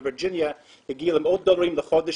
בווירג'יניה זה הגיע למאות דולרים לחודש